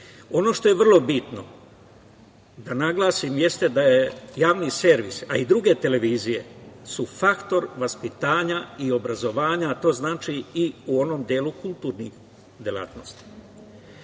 što je vrlo bitno da naglasim jeste da je javni servis, a i druge televizije su, faktor vaspitanja i obrazovanja, a to znači i u onom delu kulturnih delatnosti. Kako